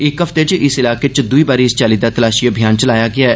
इक हफ्ते च इस इलाके च दूई बारी इस चाल्ली दा तलाषी अभियान चलाया गेआ ऐ